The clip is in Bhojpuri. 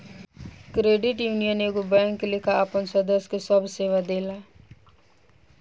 क्रेडिट यूनियन एगो बैंक लेखा आपन सदस्य के सभ सेवा देला